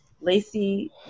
Lacey